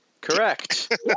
Correct